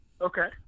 Okay